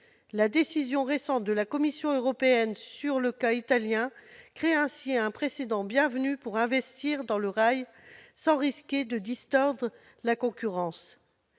La décision récente de la Commission européenne sur le cas italien crée ainsi un précédent bienvenu pour investir dans le rail sans risque de distorsion de concurrence.